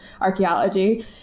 archaeology